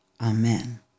Amen